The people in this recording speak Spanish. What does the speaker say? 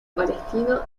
palestino